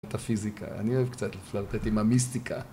את הפיזיקה, אני אוהב קצת לפלרטט עם המיסטיקה